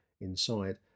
inside